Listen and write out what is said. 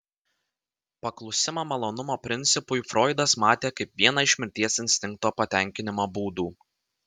paklusimą malonumo principui froidas matė kaip vieną iš mirties instinkto patenkinimo būdų